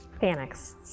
panics